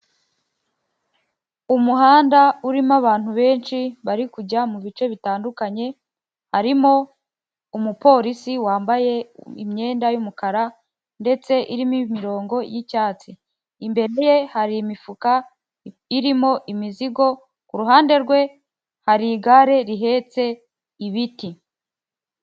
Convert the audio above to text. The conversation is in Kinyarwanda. Umuhanda urimo abantu benshi bari kujya mu bice bitandukanye, harimo umupolisi wambaye imyenda y'umukara ndetse irimo imirongo y'icyatsi, imbere ye hari imifuka irimo imizigo, ku ruhande rwe hari igare rihetse ibiti.